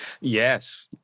Yes